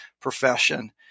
profession